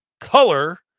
color